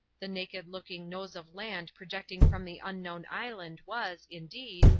the naked-looking nose of land projecting from the unknown island was, indeed,